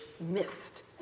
missed